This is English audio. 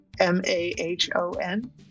M-A-H-O-N